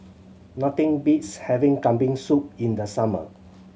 nothing beats having Kambing Soup in the summer